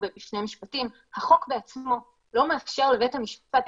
החוק בעצמו לא מאפשר לבית המשפט,